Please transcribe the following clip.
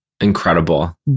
Incredible